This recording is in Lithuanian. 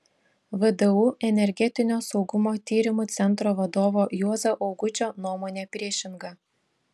vdu energetinio saugumo tyrimų centro vadovo juozo augučio nuomonė priešinga